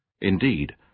Indeed